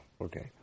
Okay